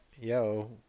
yo